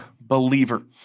believer